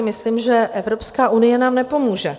Myslím si, že Evropská unie nám nepomůže.